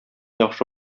яхшы